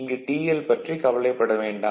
இங்கு TL பற்றிக் கவலைப்பட வேண்டாம்